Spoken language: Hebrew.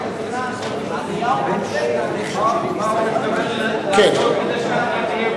שר האוצר יענה על שאלות בזמן מאוחר יותר.